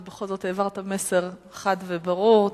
ובכל זאת העברת מסר חד וברור.